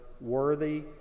worthy